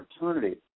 opportunity